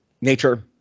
nature